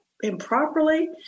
improperly